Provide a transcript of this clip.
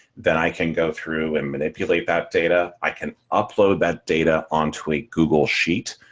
then i can go through and manipulate that data. i can upload that data on tweet google sheet.